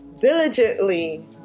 diligently